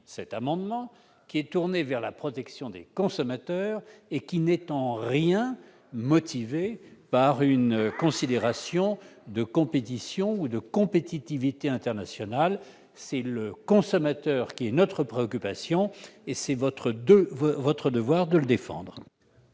cet amendement, qui concerne la protection des consommateurs et n'est en rien motivé par des considérations de compétition ou de compétitivité internationale. C'est le consommateur qui est notre préoccupation, et c'est votre devoir de le défendre